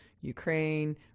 Ukraine